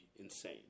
insane